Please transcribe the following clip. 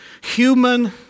human